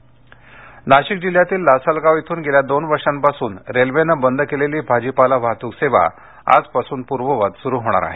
वाहतक नाशिक नाशिक जिल्ह्यातील लासलगाव येथून गेल्या दोन वर्षापासून रेल्वेने बंद केलेली भाजीपाला वाहतूक सेवा आजपासून पूर्ववत सुरू होणार आहे